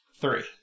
Three